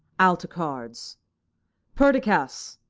i'll to cards perdicas!